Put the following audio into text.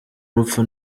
urupfu